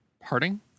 parting